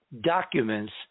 documents